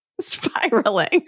spiraling